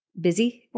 busy